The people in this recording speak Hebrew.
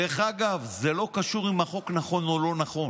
דרך אגב, זה לא קשור אם החוק נכון או לא נכון.